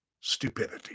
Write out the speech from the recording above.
stupidity